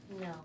No